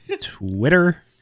twitter